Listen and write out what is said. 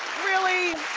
really.